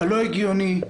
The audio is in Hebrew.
הלא הגיוני,